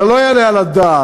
זה לא יעלה על הדעת,